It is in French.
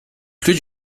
plus